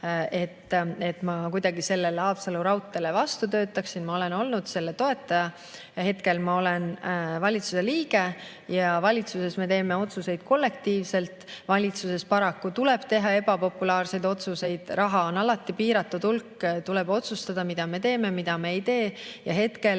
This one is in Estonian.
et ma kuidagi Haapsalu raudteele vastu töötaksin. Ma olen olnud selle toetaja, aga praegu ma olen valitsuse liige ja valitsuses me teeme otsuseid kollektiivselt. Valitsuses paraku tuleb teha ka ebapopulaarseid otsuseid, raha on alati piiratud hulk, tuleb otsustada, mida me teeme, mida me ei tee. Ja hetkel